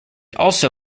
also